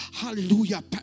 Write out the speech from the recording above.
Hallelujah